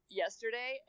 yesterday